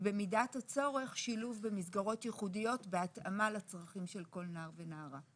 ובמידת הצורך שילוב במסגרות ייחודיות בהתאמה לצרכים של כל נער ונערה.